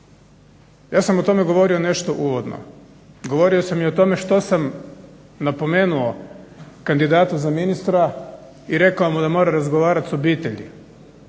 ja sam o tome govorio nešto uvodno. Govorio sam i o tome što sam napomenuo kandidatu za ministra i rekao mu da mora razgovarati sa obitelji,